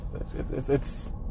It's—it's—it's